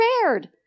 prepared